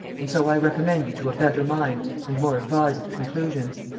and so i recommend you to a better mind and more advised conclusions.